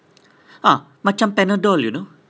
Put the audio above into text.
ah macam Panadol you know